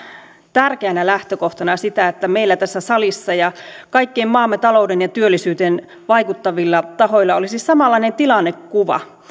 tärkeänä lähtökohtana sitä että meillä tässä salissa ja kaikilla maamme talouteen ja työllisyyteen vaikuttavilla tahoilla olisi samanlainen tilannekuva